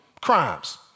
crimes